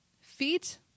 feet